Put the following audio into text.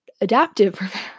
adaptive